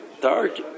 dark